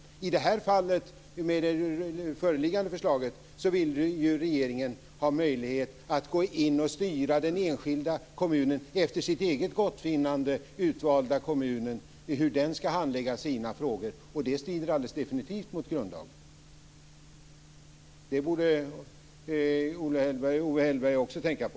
Med det föreliggande förslaget vill ju regeringen ha möjlighet att gå in och styra den enskilda, utvalda kommunen efter sitt eget gottfinnande i fråga om hur den ska handlägga sina frågor. Det strider definitivt mot grundlagen. Det borde Owe Hellberg också tänka på.